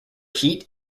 heat